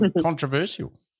controversial